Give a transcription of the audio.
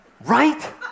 Right